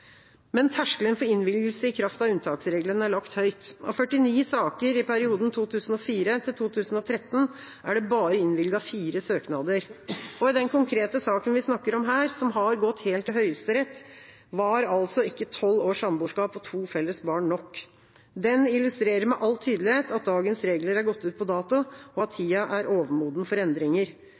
Terskelen for innvilgelse i kraft av unntaksregelen er lagt høyt. Av 49 saker i perioden 2004–2013 er det bare innvilget fire søknader. I denne konkrete saken vi snakker om her, som har gått helt til Høyesterett, var altså ikke tolv års samboerskap og to felles barn nok. Den illustrerer med all tydelighet at dagens regler er gått ut på dato, og at tida er overmoden for endringer.